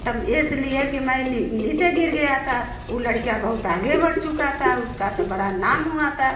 तब इस लिए कि मैं नीचे गिर गया था वो लड़िका बहुत आगे बढ़ चुका था उसका तो बड़ा नाम हुआ था